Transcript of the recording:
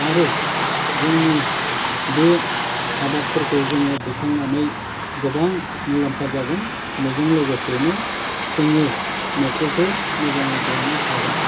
आरो जोंनि बे आबादफोरखौ जोङो दैखांनानै गोबां मुलाम्फा जागोन बेजों लोगोसेनो जोङो न'खरखौ मोजाङै बेंनो हागोन